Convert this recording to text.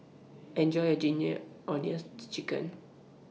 Enjoy your Ginger Onions Chicken